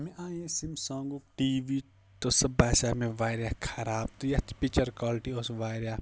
مےٚ آیے سیم سانٛگُک ٹی وی تہٕ سُہ باسیٛاو مےٚ واریاہ خراب تہٕ یَتھ پِکچَر کالٹی ٲسۍ واریاہ